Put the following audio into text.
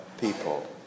people